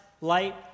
light